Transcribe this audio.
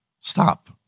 Stop